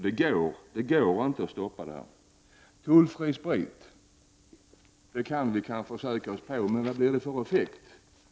Detta går alltså inte att stoppa. Den tullfria spriten kan man ju försöka sig på att stoppa, men vad blir det för effekt?